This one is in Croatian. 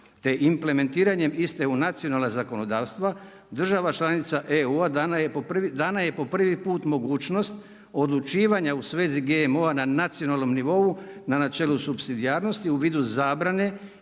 te implementiranjem iste u nacionalna zakonodavstva država članica EU-a dana je po prvi put mogućnost odlučivanja u svezi GMO-a na nacionalnom nivou na načelu supsidijarnosti u vidu zabrane